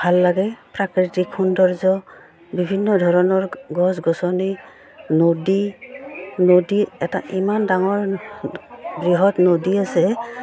ভাল লাগে প্ৰাকৃতিক সৌন্দৰ্য বিভিন্ন ধৰণৰ গছ গছনি নদী নদী এটা ইমান ডাঙৰ বৃহৎ নদী আছে